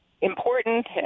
important